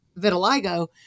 vitiligo